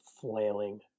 flailing